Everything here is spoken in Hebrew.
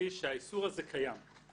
שהאיסור הזה קיים,